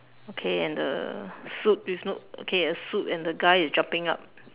okay and the suit with no okay a suit and the guy is jumping up